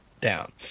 down